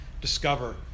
discover